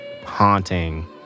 haunting